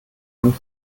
man